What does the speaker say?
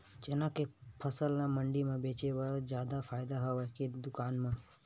चना के फसल ल मंडी म बेचे म जादा फ़ायदा हवय के दुकान म?